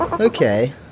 Okay